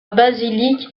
basilique